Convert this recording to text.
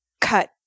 cut